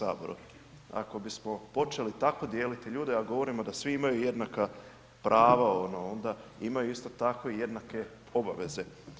Ako bismo počeli tako dijeliti ljude, a govorimo da svi imaju jednaka prava, onda imaju isto tako i jednake obaveze.